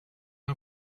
and